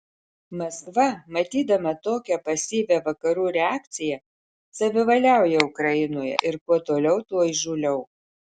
maskva matydama tokią pasyvią vakarų reakciją savivaliauja ukrainoje ir kuo toliau tuo įžūliau